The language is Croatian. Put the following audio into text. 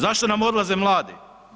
Zašto nam odlaze mladi?